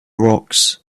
rocks